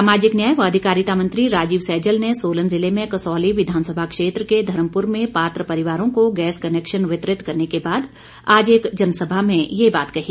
सामाजिक न्याय व अधिकारिता मंत्री राजीव सैजल ने सोलन जिले में कसौली विधानसभा क्षेत्र के धर्मपुर में पात्र परिवारों को गैस कनेक्शन वितरित करने के बाद आज एक जनसभा में यह बात कही